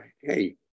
Hey